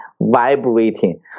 vibrating